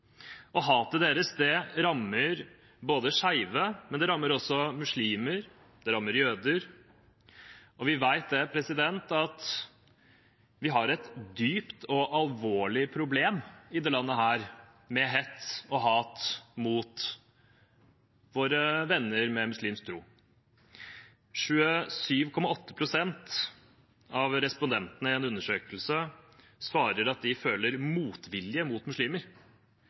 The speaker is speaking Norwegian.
Hatet deres rammer skeive, men det rammer også muslimer, og det rammer jøder. Vi vet at vi har et dypt og alvorlig problem i dette landet med hets og hat mot våre venner med muslimsk tro. 27,8 pst. av respondentene i en undersøkelse svarer at de føler motvilje mot muslimer,